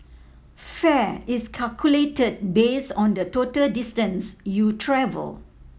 fare is calculated based on the total distance you travel